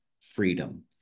freedom